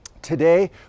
Today